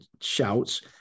shouts